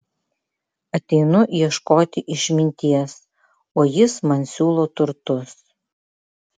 ateinu ieškoti išminties o jis man siūlo turtus